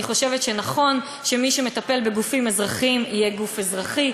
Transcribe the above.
אני חושבת שנכון שמי שמטפל בגופים אזרחיים יהיה גוף אזרחי,